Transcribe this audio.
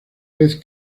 vez